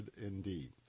indeed